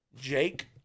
Jake